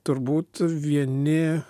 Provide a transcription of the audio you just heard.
turbūt vieni